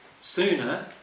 sooner